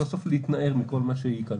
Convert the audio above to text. וסוף סוף להתנער מכל מה שהעיק עליך.